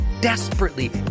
desperately